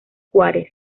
juárez